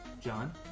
John